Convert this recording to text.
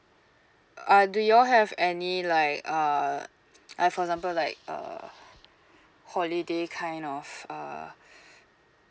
uh do you all have any like uh like for example like uh holiday kind of uh